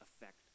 effect